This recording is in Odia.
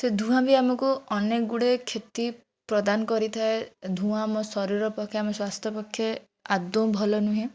ସେ ଧୂଆଁ ବି ଆମକୁ ଅନେକ ଗୁଡ଼ିଏ କ୍ଷତି ପ୍ରଦାନ କରିଥାଏ ଧୂଆଁ ଆମ ଶରୀର ପକ୍ଷେ ଆମ ସ୍ୱାସ୍ଥ୍ୟ ପକ୍ଷେ ଆଦୌ ଭଲ ନୁହେଁ